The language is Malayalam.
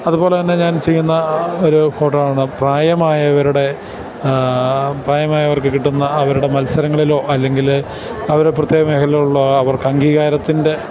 അതുപോലെ തന്നെ ഞാൻ ചെയ്യുന്ന ഒരു ഫോട്ടോ ആണ് പ്രായമായവരുടെ പ്രായമായവർക്കു കിട്ടുന്ന അവരുടെ മത്സരങ്ങളിലോ അല്ലെങ്കില് അവരെ പ്രത്യേക മേഖലയിലുള്ള അവർക്ക് അംഗീകാരത്തിൻ്റെ